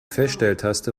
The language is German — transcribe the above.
feststelltaste